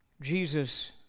Jesus